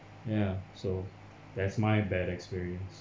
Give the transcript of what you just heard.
ya so that's my bad experience